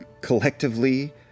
collectively